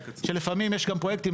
כי לפעמים יש גם פרויקטים,